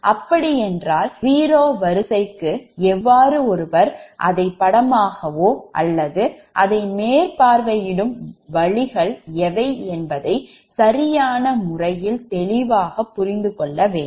அப்படி என்றால் 0 வரிசை ற்கு எவ்வாறு ஒருவர் அதை படமாகவோ அல்லது அதை மேற்பார்வையிடும் வழிகள் எவை என்பதை சரியான முறையில் தெளிவாகப் புரிந்துகொள்ள வேண்டும்